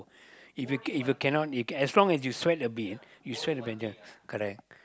if you if you cannot you can as long as you sweat a bit you sweat a bit just correct